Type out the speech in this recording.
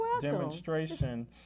demonstration